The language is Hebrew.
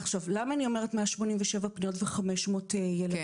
עכשיו, למה אני אומרת 187 פניות ו-500 ילדים?